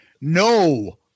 No